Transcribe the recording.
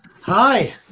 Hi